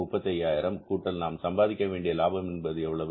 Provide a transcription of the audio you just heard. ரூபாய் 35000 கூட்டல் நாம் சம்பாதிக்க வேண்டிய லாபம் என்பது எவ்வளவு